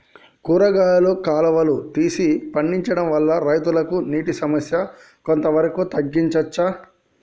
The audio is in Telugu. కూరగాయలు కాలువలు తీసి పండించడం వల్ల రైతులకు నీటి సమస్య కొంత వరకు తగ్గించచ్చా?